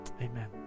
Amen